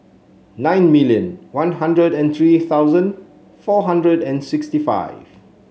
nine million One Hundred and three thousand four hundred and sixty five